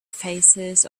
faces